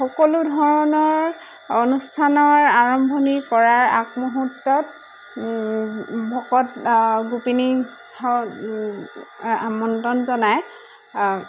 সকলো ধৰণৰ অনুষ্ঠানৰ আৰম্ভণি কৰাৰ আগমুহূৰ্তত ভকত গোপিনী আমন্ত্ৰণ জনায়